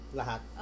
lahat